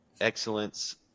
excellence